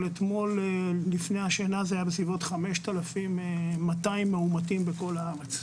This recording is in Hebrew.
אבל לפני השינה זה היה בסביבות 5,200 חולים מאומתים בכל הארץ.